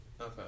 Okay